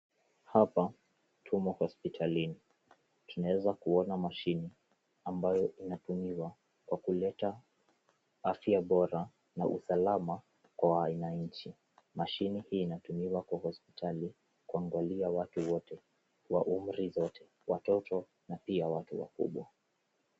Hapa tumo hospitalini tunaweza kuona mashini hii inayotumiwa kwa kuleta afya kwa bora na usalama kwa wananchi mashini hii inatumiwa kwa hospitali. Tunaweza kuona mashini ambayo inatumiwa kwa kuleta afya.